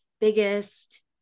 biggest